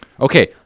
Okay